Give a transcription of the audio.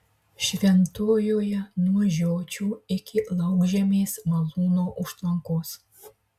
šventojoje nuo žiočių iki laukžemės malūno užtvankos